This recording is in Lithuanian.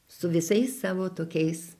su visais savo tokiais